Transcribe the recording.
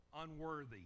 unworthy